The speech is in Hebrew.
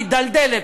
המידלדלת,